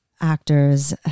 actors